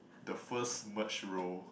the first merged role